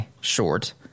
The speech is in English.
short